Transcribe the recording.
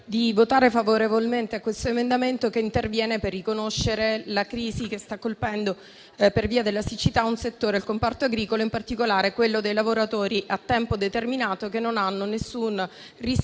di votare favorevolmente a questo emendamento che interviene per riconoscere la crisi che sta colpendo, per via della siccità, il comparto agricolo, in particolare quello dei lavoratori a tempo determinato che non hanno alcun ristoro